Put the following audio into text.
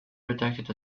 protected